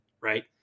right